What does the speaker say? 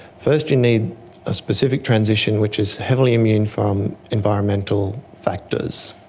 first you need a specific transition which is heavily immune from environmental factors.